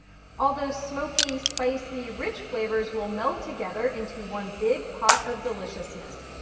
all those smoky, spicy rich flavors will melt together into one big pot of deliciousness.